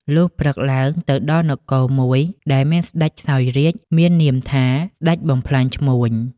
លុះព្រឹកឡើង ទៅដល់នគរមួយ ដែលមានស្តេចសោយរាជ្យមាននាមថា ស្តេច បំផ្លាញឈ្មួញ ។